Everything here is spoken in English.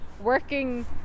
working